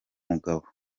mugabo